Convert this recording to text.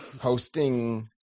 hosting